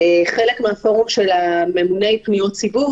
אני חלק מהפורום של ממוני פניות הציבור,